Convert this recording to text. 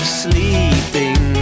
sleeping